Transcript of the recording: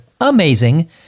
amazing